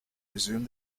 resumed